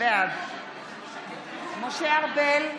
בעד משה ארבל,